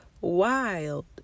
Wild